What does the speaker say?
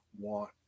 want